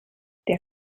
der